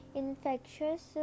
infectious